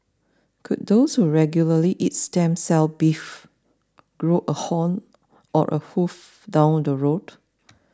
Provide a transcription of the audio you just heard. could those who regularly eat stem cell beef grow a horn or a hoof down the road